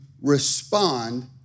respond